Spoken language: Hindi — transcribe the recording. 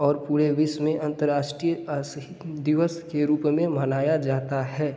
और पूरे विश्व में अंतर्राष्ट्रीय दिवस के रूप में मनाया जाता है